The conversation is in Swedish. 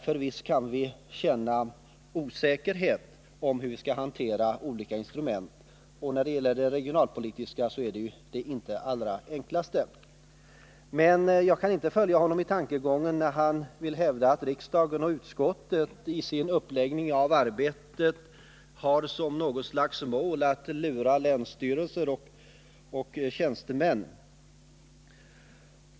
För visst kan vi känna osäkerhet om hur vi skall hantera olika instrument, och de regionalpolitiska är ju inte de allra enklaste. Men jag kan inte följa Jörn Svenssons tankegång när han vill hävda att riksdagen och utskottet i sin uppläggning av arbetet har som något slags mål att lura länsstyrelser och deras tjänstemän.